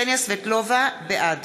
בעד